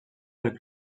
del